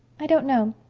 i don't know,